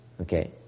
Okay